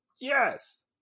Yes